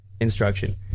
instruction